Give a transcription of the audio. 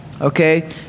okay